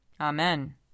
Amen